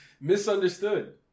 Misunderstood